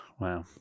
Wow